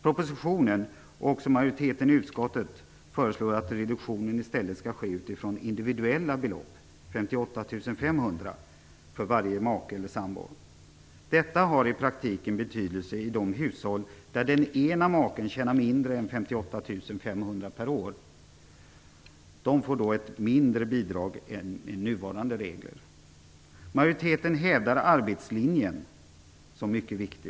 Propositionen föreslår, liksom majoriteten i utskottet, att reduktionen i stället skall ske utifrån individuella belopp - 58 500 kr för varje make eller sambo. Detta har i praktiken betydelse i de hushåll där den ena maken tjänar mindre än 58 500 kr per år. Dessa får ett mindre bidrag än de får med nuvarande regler. Majoriteten hävdar att arbetslinjen är mycket viktig.